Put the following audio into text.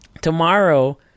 Tomorrow